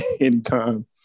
Anytime